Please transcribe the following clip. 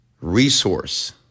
resource